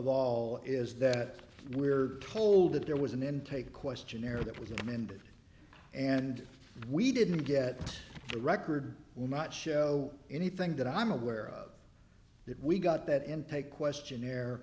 all is that we're told that there was an intake questionnaire that was amended and we didn't get the record will not show anything that i'm aware of that we got that intake questionnaire